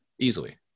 Easily